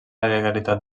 legalitat